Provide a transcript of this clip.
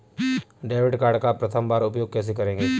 Debit card का प्रथम बार उपयोग कैसे करेंगे?